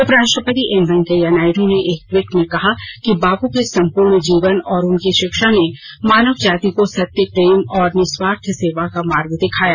उप राष्ट्रपति एम वैंकेया नायड् ने एक ट्वीट में कहा है कि बापू के संपूर्ण जीवन और उनकी शिक्षा ने मानव जाति को सत्य प्रेम और निस्वार्थ सेवा का मार्ग दिखाया